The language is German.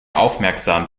aufmerksam